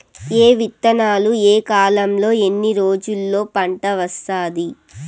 ఏ విత్తనాలు ఏ కాలంలో ఎన్ని రోజుల్లో పంట వస్తాది?